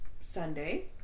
Sunday